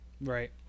Right